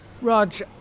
Raj